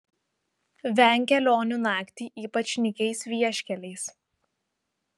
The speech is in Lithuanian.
venk kelionių naktį ypač nykiais vieškeliais